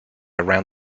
around